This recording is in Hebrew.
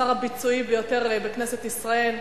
השר הביצועי ביותר בכנסת ישראל,